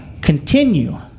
continue